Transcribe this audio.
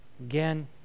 again